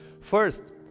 First